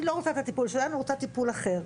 היא לא רוצה את הטיפול שלנו היא רוצה טיפול אחר,